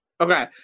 Okay